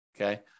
okay